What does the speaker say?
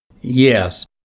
Yes